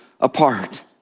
apart